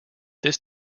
this